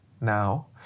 now